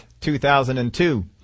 2002